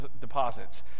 deposits